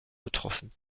betroffen